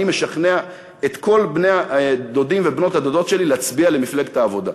אני משכנע את כל בני-הדודים ובנות-הדודות שלי להצביע למפלגת העבודה.